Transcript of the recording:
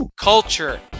culture